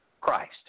Christ